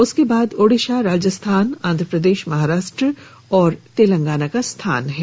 उसके बाद ओडिशा राजस्थान आंध्र प्रदेश महाराष्ट्र और तेलंगाना का स्थान है